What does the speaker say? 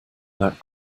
that